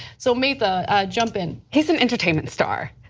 so maytha, jump in. he is an entertainment star,